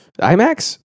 imax